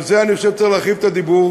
על זה, אני חושב, צריך להרחיב את הדיבור.